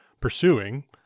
pursuing